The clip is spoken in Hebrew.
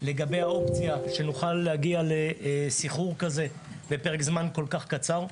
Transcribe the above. לגבי האופציה שנוכל להגיע לסחרור כזה ובפרק זמן כל כך קצר.